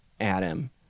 Adam